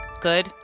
Good